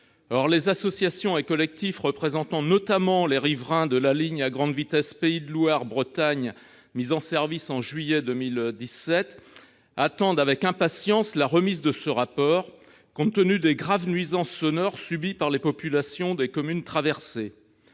les associations et collectifs représentant notamment les riverains de la ligne à grande vitesse Pays de la Loire-Bretagne, mise en service en juillet 2017, attendent avec impatience la remise de ce rapport, compte tenu des graves nuisances sonores subies par les populations des communes traversées.